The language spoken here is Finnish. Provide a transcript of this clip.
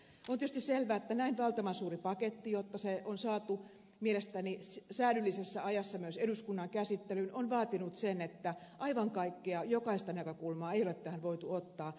on tietysti selvää että näin valtavan suuri paketti jotta se on saatu mielestäni säädyllisessä ajassa myös eduskunnan käsittelyyn on vaatinut sen että aivan kaikkea jokaista näkökulmaa ei ole tähän voitu ottaa